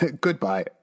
Goodbye